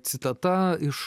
citata iš